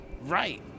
Right